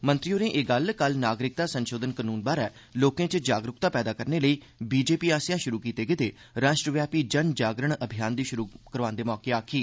मंत्री होरें एह् गल्ल कल नागरिकता संशोधन कनून बारै लोकें च जागरूकता पैदा करने लेई बीजेपी आसेया शुरू कीते गेदे राष्ट्रव्यापी जन जागरण अभियान दी शुरूआत करांदे मौके आक्खी